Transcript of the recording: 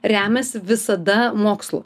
remiasi visada mokslu